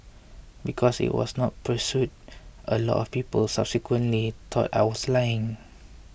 because it was not pursued a lot of people subsequently thought I was lying